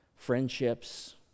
Friendships